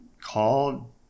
called